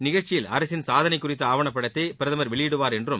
நிகழ்ச்சியில் அரசின் சாதனை குறித்த ஆவணப் படத்தை பிரதமர் வெளியிடுவார் என்றும்